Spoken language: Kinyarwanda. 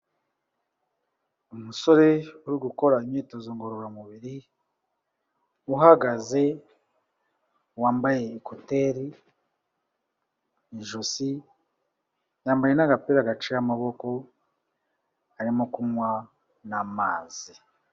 Umusore uri gukora imyitozo ngororamubiri uhagaze wambaye ekuteri mu ijosi, yambaye n'gapira gaciye amaboko arimo kunywa n'amazi.